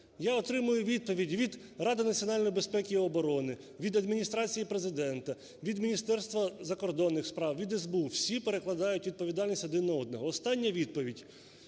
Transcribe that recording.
Я отримую відповіді від Ради Національної безпеки і оборони, від Адміністрації Президента, від Міністерства закордонних справ, від СБУ – всі перекладають відповідальність один на одного. Остання відповідь.